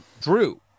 Drew